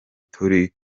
turi